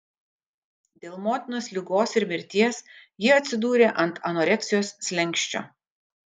dėl motinos ligos ir mirties ji atsidūrė ant anoreksijos slenksčio